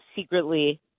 secretly